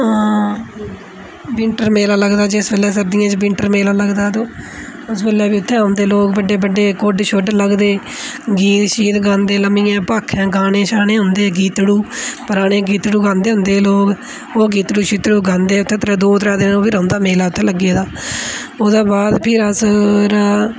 winter मेला लगदा जिस बेल्लै सर्दियें च विंटर मेला लगदा ते उस बेल्लै फ्ही उत्थै औंदे लोक बड़े बड़े कुड्ढ शुड्ढ लगदे गीत शीत गांदे लम्मियें भाखें गाने शाने होंदे गीतड़ू पराने गीतड़ू गांदे होंदे लोक ओह् गीतड़ू शीतड़ू गांदे उत्थै दो त्रै दिन ओह् बी रौंह्दा मेला उत्थै लग्गे दा ओह्दे बाद फिर अस